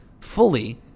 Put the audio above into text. fully